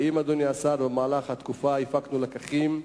האם, אדוני השר, במהלך התקופה הפקנו לקחים,